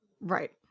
Right